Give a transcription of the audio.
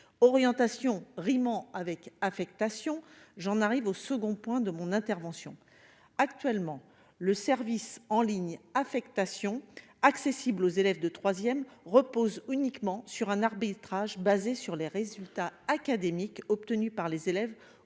Orientation rimant avec affectation, j'aborderai également ce sujet. Actuellement, le service en ligne Affectation, accessible aux élèves de troisième, repose uniquement sur un arbitrage basé sur les résultats académiques obtenus par les élèves